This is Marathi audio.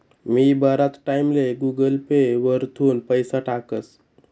मी बराच टाईमले गुगल पे वरथून पैसा टाकस